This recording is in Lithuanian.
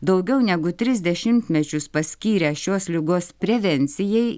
daugiau negu tris dešimtmečius paskyręs šios ligos prevencijai